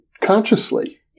consciously